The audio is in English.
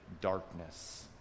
darkness